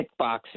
kickboxing